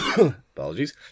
apologies